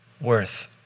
worth